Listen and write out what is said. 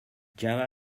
java